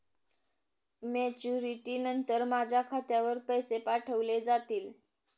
Maturity नंतर माझ्या खात्यावर पैसे पाठविले जातील?